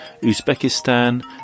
Uzbekistan